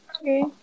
Okay